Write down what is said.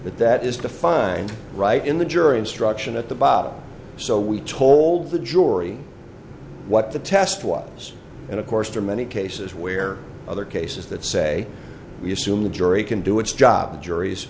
but that is to find right in the jury instruction at the bottom so we told the jury what the test was and of course to many cases where other cases that say we assume the jury can do its job juries